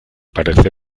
parece